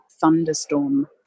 thunderstorm